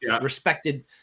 respected